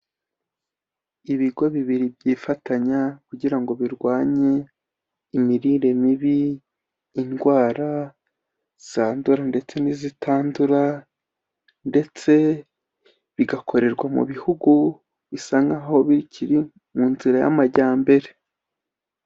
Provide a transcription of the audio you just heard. Ibigo bibiri byifatanya kugira ngo birwanye imirire mibi, indwara zandura ndetse n'izitandura ndetse bigakorerwa mu bihugu bisa nkaho bikiri mu nzira y'amajyambere.